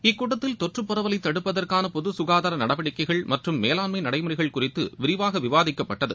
இக்கூட்டத்தில் தொற்று பரவலைத் தடுப்பதற்கான பொது சுகாதார நடவடிக்கைகள் மற்றும் மேலாண்மை நடைமுறைகள் குறித்து விரிவாக விவாதிக்கப்பட்டது